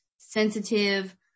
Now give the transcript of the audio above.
sensitive